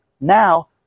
Now